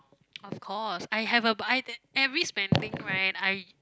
of course I have a buy that every spending right I